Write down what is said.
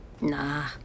Nah